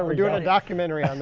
um a documentary